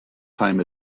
time